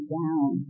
down